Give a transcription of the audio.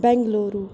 Bengaluru